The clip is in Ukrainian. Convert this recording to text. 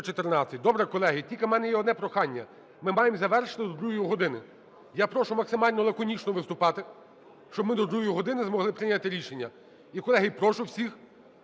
Добре, колеги. Тільки в мене є одне прохання: ми маємо завершити до другої години. Я прошу максимально лаконічно виступати, щоб ми до другої години змогли прийняти рішення. І, колеги, прошу всіх,